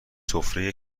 سفره